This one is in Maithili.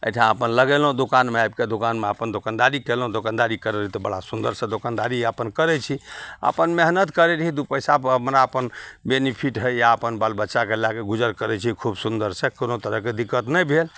एहिठाम अपन लगेलहुँ दोकानमे आबिके दोकानमे अपन दोकानदारी कएलहुँ दोकानदारी करैलए तऽ बड़ा सुन्दरसे दोकानदारी अपन करै छी अपन मेहनति करै रही दुइ पइसा मने अपन बेनीफिट होइए अपन बाल बच्चाकेँ लैके गुजर करै छी खूब सुन्दरसे कोनो तरहके दिक्कत नहि भेल